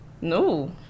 No